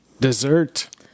Dessert